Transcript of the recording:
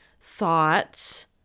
thoughts